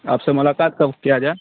آپ سے ملاقات کب کیا جائے